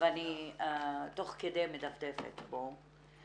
ואני תוך כדי מדפדפת בו.